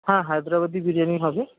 হ্যাঁ হায়দ্রাবাদি বিরিয়ানি হবে